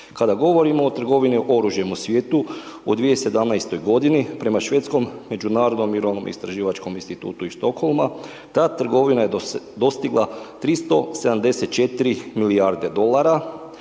Kada govorimo o trgovini oružjem u svijetu u 2017. godini prema švedskom međunarodnom i .../Govornik se ne razumije./... institutu iz Stockholma ta trgovina je dostigla 374 milijarde dolara